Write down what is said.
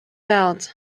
out